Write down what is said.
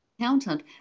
accountant